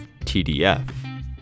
TDF